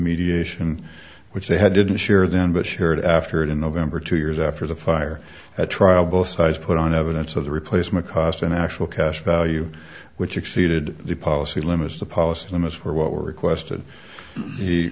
mediation which they had didn't share then but shared after it in november two years after the fire at trial both sides put on evidence of the replacement cost an actual cash value which exceeded the policy limits the policy of them as for what were requested the